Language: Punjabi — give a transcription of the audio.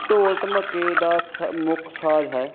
ਢੋਲ ਢਮੱਕੇ ਦਾ ਸ ਮੁੱਖ ਸਾਜ਼ ਹੈ